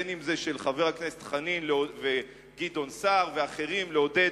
אם של חברי הכנסת חנין וגדעון סער ואחרים לעודד